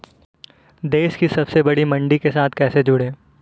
देश की सबसे बड़ी मंडी के साथ कैसे जुड़ें?